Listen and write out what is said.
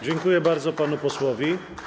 Dziękuję bardzo panu posłowi.